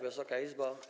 Wysoka Izbo!